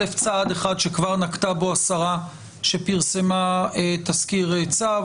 צעד אחד שכבר נקטה בו השרה שפרסמה תזכיר צו,